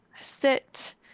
sit